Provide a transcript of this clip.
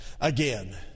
again